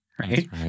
Right